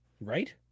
right